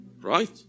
Right